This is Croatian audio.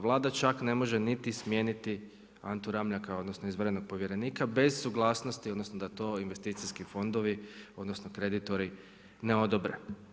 Vlada čak ne može niti smijeniti Antu Ramljaka, odnosno izvanrednog povjerenika bez suglasnosti odnosno da to investicijski fondovi odnosno kreditori ne odobre.